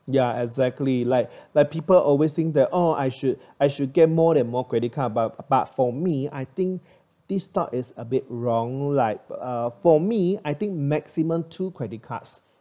ya exactly like like people always think that oh I should I should get more and more credit card but but for me I think this thought is a bit wrong like uh for me I think maximum two credit cards